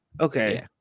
okay